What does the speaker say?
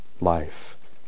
life